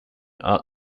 art